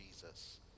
Jesus